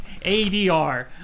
ADR